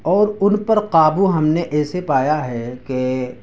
اور ان پر قابو ہم نے ایسے پایا ہے کہ